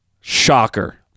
shocker